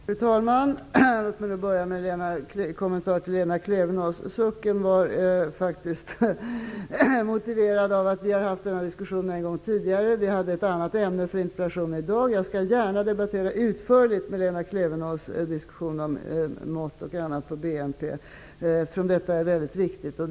Fru talman! Jag skall börja med en kommentar till Lena Klevenås. Sucken var faktiskt motiverad. Vi har nämligen haft denna diskussion en gång tidigare. I dag har vi ett annat ämne i interpellationen. Jag skall gärna debattera frågor om BNP, mått m.m. utförligt med Lena Klevenås. Det är mycket viktiga frågor.